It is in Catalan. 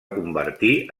convertir